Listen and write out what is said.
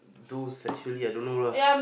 those actually I don't know lah